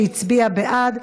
שהצביע בעד.